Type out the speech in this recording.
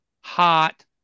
hot